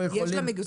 צריכה להחזיר תשובה?